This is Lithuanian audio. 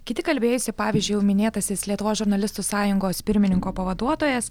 kiti kalbėjusi pavyzdžiui jau minėtasis lietuvos žurnalistų sąjungos pirmininko pavaduotojas